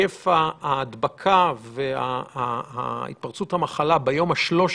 היקף ההדבקה והתפרצות המחלה ביום ה-13